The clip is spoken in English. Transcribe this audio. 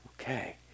Okay